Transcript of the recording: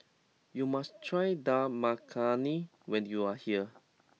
you must try Dal Makhani when you are here